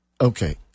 Okay